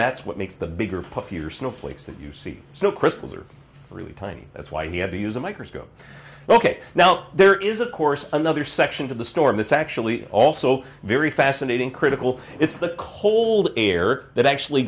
that's what makes the bigger puffy or snowflakes that you see so crystals are really tiny that's why he had to use a microscope ok now there is of course another section of the storm that's actually also very fascinating critical it's the cold air that actually